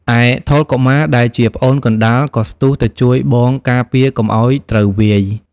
ឯថុល កុមារ ដែលជាប្អូនកណ្ដាលក៏ស្ទុះទៅជួយបងការពារកុំឱ្យត្រូវវាយ។